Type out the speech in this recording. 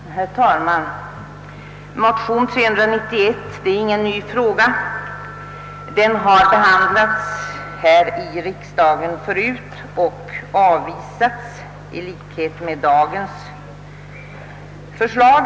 Herr talman! Motion nr 391 i denna kammare gäller ingen ny fråga. Den har behandlats förut här i riksdagen och avvisats i likhet med dagens förslag.